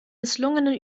misslungenen